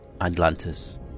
Atlantis